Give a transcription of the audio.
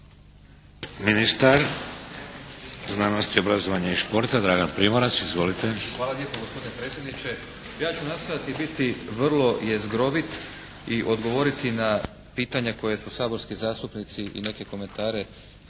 Ministar znanosti, obrazovanja i športa Dragan Primorac. Izvolite. **Primorac, Dragan** Hvala lijepa gospodine predsjedniče. Ja ću nastojati biti vrlo jezgrovit i odgovoriti na pitanja koja su saborski zastupnici i neke komentare